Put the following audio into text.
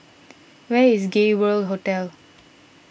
where is Gay World Hotel